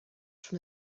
from